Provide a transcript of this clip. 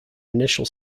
initial